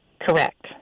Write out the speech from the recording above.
Correct